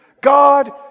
God